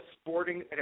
sporting